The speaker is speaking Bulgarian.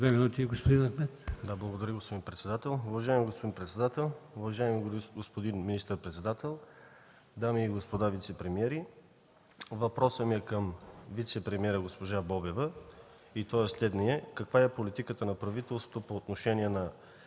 Ахмед. МУСТАФА АХМЕД (ДПС): Благодаря, господин председател. Уважаеми господин председател, уважаеми господин министър-председател, дами и господа вицепремиери! Въпросът ми е към вицепремиера госпожа Бобева и той е следният: каква е политиката на правителството по отношение на